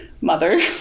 mother